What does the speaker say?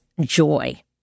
joy